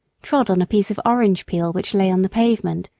trod on a piece of orange peel which lay on the pavement,